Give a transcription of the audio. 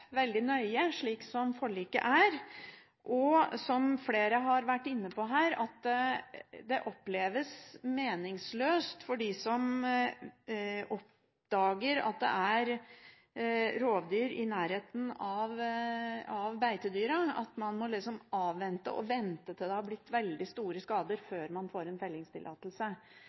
veldig nøye, slik som forliket er. Som flere har vært inne på, oppleves det meningsløst for dem som oppdager at det er rovdyr i nærheten av beitedyra, at man må avvente til det er blitt veldig store skader før man får en fellingstillatelse.